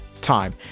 time